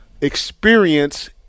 experience